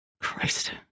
Christ